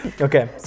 okay